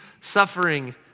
suffering